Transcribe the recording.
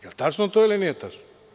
Jel tačno to ili nije tačno?